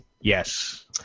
Yes